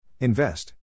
Invest